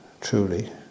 truly